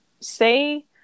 say